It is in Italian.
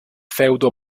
feudo